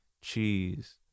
cheese